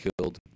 killed